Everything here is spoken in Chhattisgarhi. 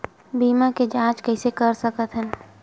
बीमा के जांच कइसे कर सकत हन?